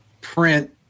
print